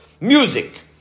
music